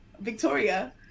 Victoria